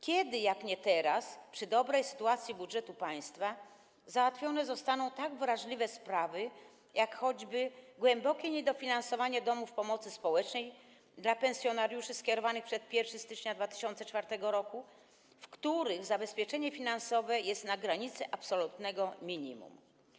Kiedy, jak nie teraz, przy dobrej sytuacji budżetu państwa załatwione zostaną tak wrażliwe sprawy jak choćby głębokie niedofinansowanie domów pomocy społecznej, jeśli chodzi o pensjonariuszy skierowanych do nich przed 1 stycznia 2004 r., w przypadku których zabezpieczenie finansowe jest na granicy absolutnego minimum?